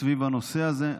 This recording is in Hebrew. סביב הנושא הזה.